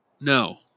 No